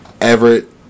Everett